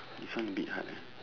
this one a bit hard ah